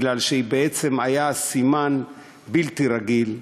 כי היא הייתה סימן בלתי רגיל,